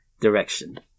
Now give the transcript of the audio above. Direction